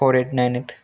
four eight nine eight